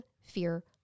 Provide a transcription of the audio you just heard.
fear